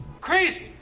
Crazy